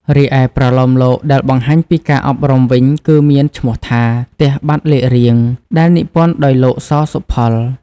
រីឯ ប្រលោមលោកដែលបង្ហាញពីការអប់រំវិញគឺមានឈ្មោះថា ផ្ទះបាត់លេខរៀង ដែលនិពន្ធដោយលោក ស សុផល។